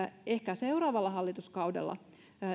ehkä seuraavalla hallituskaudella